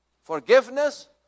forgiveness